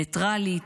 ניטרלית,